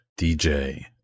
DJ